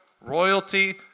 royalty